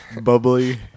Bubbly